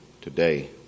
today